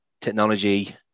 technology